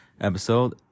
episode